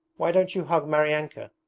why don't you hug maryanka?